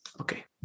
Okay